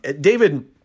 David